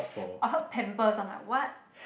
I heard pampers I'm like what